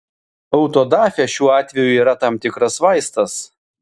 autodafė šiuo atveju yra tam tikras vaistas